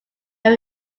than